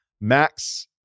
Max